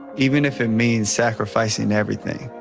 even if it means sacrificing everything.